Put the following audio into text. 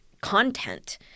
content